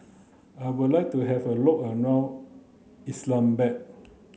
I would like to have a look around Islamabad